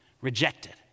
rejected